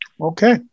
Okay